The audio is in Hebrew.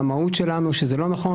במהות שלנו, אנחנו חושבים שזה לא נכון.